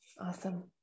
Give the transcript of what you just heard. awesome